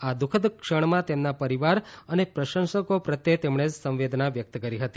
આ દુઃખદ ક્ષણમાં તેમના પરિવાર અને પ્રશંસકો પ્રત્યે સંવેદના વ્યક્ત કરી હતી